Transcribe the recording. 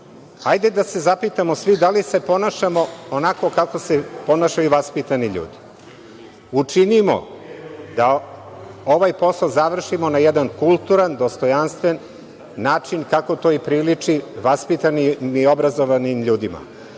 Hajde da se zapitamo svi da li se ponašamo onako kako se ponašaju vaspitani ljudi. Učinimo da ovaj posao završimo na jedan kulturan i dostojanstven način, kako to i priliči vaspitanim i obrazovanim ljudima.